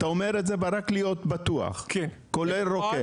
אתה אומר את זה ורק כדי להיות בטוח כולל רוקח.